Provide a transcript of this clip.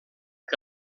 que